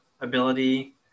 ability